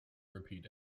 repeat